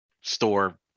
store